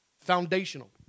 Foundational